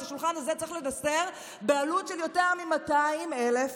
את השולחן הזה צריך לנסר בעלות של יותר מ-200,000 שקלים.